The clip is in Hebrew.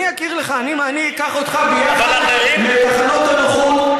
אני אכיר לך, אני אקח אותך לחנויות הנוחות.